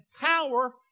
power